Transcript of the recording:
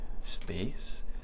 space